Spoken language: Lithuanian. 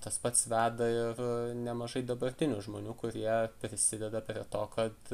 tas pats veda ir nemažai dabartinių žmonių kurie prisideda prie to kad